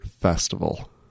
festival